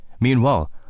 Meanwhile